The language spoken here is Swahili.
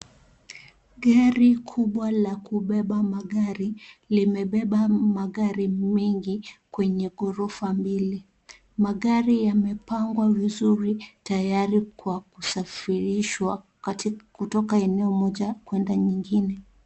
Gari kubwa la kubeba magari, limebeba magari mingi kwenye ghorofa mbili. Magari yamepangwa vizuri, tayari kwa kusafirishwa kutoka eneo moja kwenda nyingine.